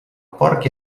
porc